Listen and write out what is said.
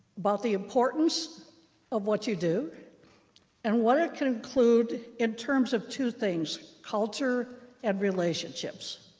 about the importance of what you do and what it can include, in terms of two things, culture and relationships.